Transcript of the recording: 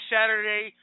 Saturday